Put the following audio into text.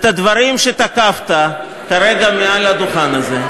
את הדברים שתקפת תראה גם מעל לדוכן הזה.